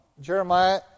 Jeremiah